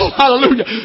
hallelujah